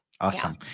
Awesome